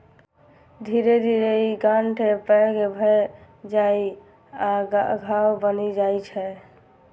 धीरे धीरे ई गांठ पैघ भए जाइ आ घाव बनि जाइ छै